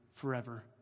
forever